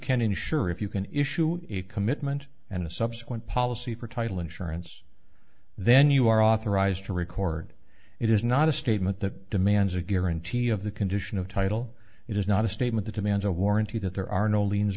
can insure if you can issue a commitment and a subsequent policy for title insurance then you are authorized to record it is not a statement that demands a guarantee of the condition of title it is not a statement that demands a warranty that there are no liens